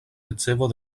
ricevo